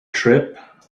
trip